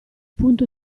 punto